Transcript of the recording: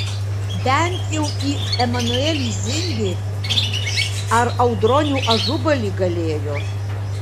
bent jau į emanuelį zingerį ar audronių ažubalį galėjo